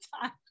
time